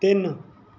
ਤਿੰਨ